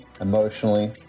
emotionally